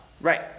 Right